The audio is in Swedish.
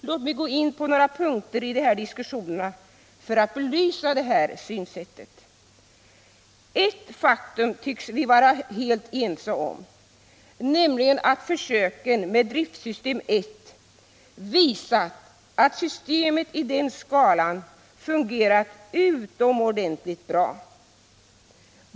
Låt mig gå in på några punkter i de här diskussionerna för att belysa detta synsätt. Ett faktum tycks vi vara helt ense om, nämligen att försöken med driftsystem 1 visat att systemet i den skalan fungerat utomordentligt bra.